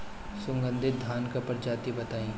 सुगन्धित धान क प्रजाति बताई?